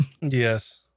Yes